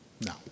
no